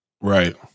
Right